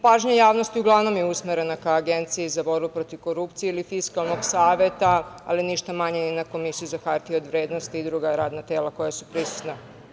Pažnja javnosti uglavnom je usmerena ka Agenciji za borbu protiv korupcije ili Fiskalnog saveta, ali ništa manje ni na Komisiju za hartije od vrednosti i druga radna tela koja su prisutna.